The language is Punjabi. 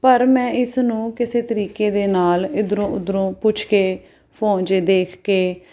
ਪਰ ਮੈਂ ਇਸ ਨੂੰ ਕਿਸੇ ਤਰੀਕੇ ਦੇ ਨਾਲ ਇੱਧਰੋਂ ਉੱਧਰੋਂ ਪੁੱਛ ਕੇ ਫੋਨ 'ਚੋਂ ਦੇਖ ਕੇ